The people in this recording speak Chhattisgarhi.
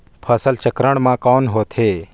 फसल चक्रण मा कौन होथे?